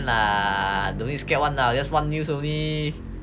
lah don't need scared [one] lah just one news only